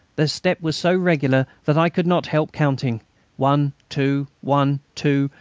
their step was so regular that i could not help counting one, two one, two,